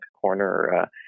corner